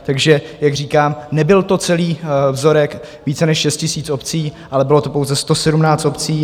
Takže jak říkám, nebyl to celý vzorek více než šesti tisíc obcí, ale bylo to pouze 117 obcí.